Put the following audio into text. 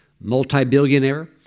multi-billionaire